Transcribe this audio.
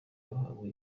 bahabwa